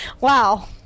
Wow